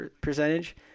percentage